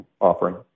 offering